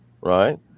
Right